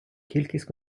кількість